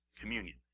communion